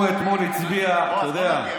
הוא אתמול הצביע, אתה יודע,